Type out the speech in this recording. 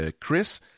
Chris